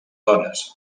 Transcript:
dones